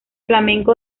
flamenco